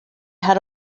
had